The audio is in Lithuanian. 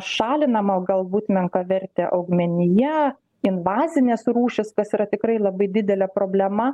šalinama galbūt menkavertė augmenija invazinės rūšys kas yra tikrai labai didelė problema